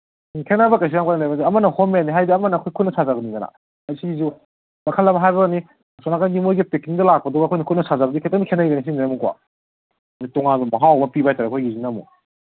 ꯈꯦꯠꯅꯕ ꯀꯩꯁꯨ ꯌꯥꯝ ꯀꯟꯅ ꯂꯩꯕ ꯅꯠꯇꯦ ꯑꯃꯅ ꯍꯣꯝꯃꯦꯠꯅꯦ ꯍꯥꯏꯗꯤ ꯑꯃꯅ ꯈꯨꯠꯅ ꯁꯥꯖꯕꯅꯤꯗꯅ ꯁꯤꯁꯨ ꯃꯈꯜ ꯑꯃ ꯍꯥꯏꯕ ꯋꯥꯅꯤ ꯑꯁꯣꯝ ꯅꯥꯀꯟꯒꯤ ꯃꯣꯏꯒꯤ ꯄꯦꯀꯤꯡꯗ ꯂꯥꯛꯄꯗꯨꯒ ꯑꯩꯈꯣꯏꯅ ꯈꯨꯠꯅ ꯁꯥꯖꯕꯁꯤꯒ ꯈꯤꯇꯪꯗꯤ ꯈꯦꯠꯅꯩꯗꯅ ꯁꯤꯁꯤꯅ ꯑꯃꯨꯛꯀꯣ ꯑꯗꯨ ꯇꯣꯉꯥꯟꯕ ꯃꯍꯥꯎ ꯑꯃ ꯄꯤꯕ ꯍꯥꯏ ꯇꯥꯔꯦ ꯑꯩꯈꯣꯏꯒꯤꯁꯤꯅ ꯑꯃꯨꯛ